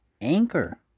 Anchor